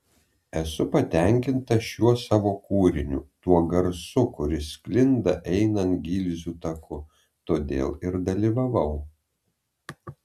esu patenkinta šiuo savo kūriniu tuo garsu kuris sklinda einant gilzių taku todėl ir dalyvavau